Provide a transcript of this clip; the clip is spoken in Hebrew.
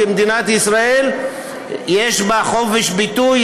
במדינת ישראל יש חופש ביטוי,